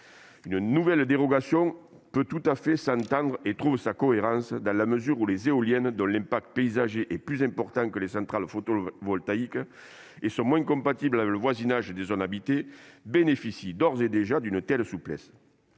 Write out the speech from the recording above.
d'une nouvelle dérogation peut tout à fait s'entendre. Celle-ci apparaît cohérente dans la mesure où les éoliennes, dont l'impact paysager est plus important que les centrales photovoltaïques, et qui sont moins compatibles avec le voisinage des zones habitées, bénéficient d'ores et déjà d'une telle souplesse.